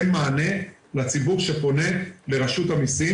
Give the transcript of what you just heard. אין מענה לציבור שפונה לרשות המסים.